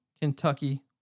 Kentucky